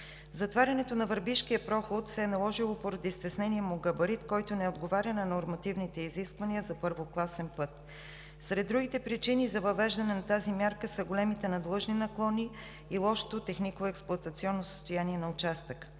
Затварянето на Върбишкия проход се е наложило поради стеснения му габарит, който не отговаря на нормативните изисквания за първокласен път. Сред другите причини за въвеждане на тази мярка са големите надлъжни наклони и лошото техникоексплоатационно състояние на участъка.